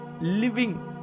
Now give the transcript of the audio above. living